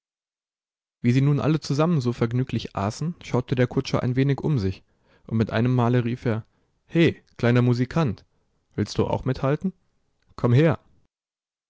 wie sie nun alle zusammen so vergnüglich aßen schaute der kutscher ein wenig um sich und mit einem male rief er he kleiner musikant willst du auch mithalten komm her